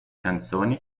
canzoni